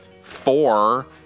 four